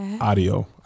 Audio